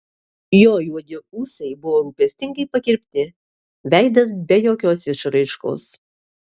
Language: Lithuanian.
jo juodi ūsai buvo rūpestingai pakirpti veidas be jokios išraiškos